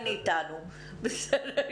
היום, במצב של משבר כזה.